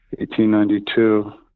1892